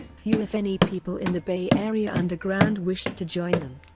few if any people in the bay area underground wished to join them.